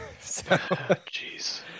Jeez